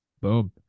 Boom